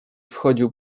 wchodził